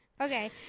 Okay